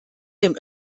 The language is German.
dem